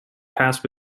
passed